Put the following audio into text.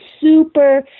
super